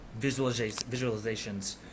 visualizations